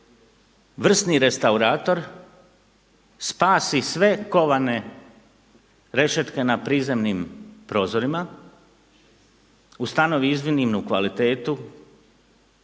vrsni restaurator spasi sve kovane rešetke na prizemnim prozorima, ustanovi iznimnu kvalitetu